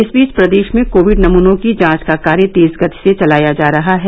इस बीच प्रदेश में कोविड नमूनों की जांच का कार्य तेज गति से चलाया जा रहा है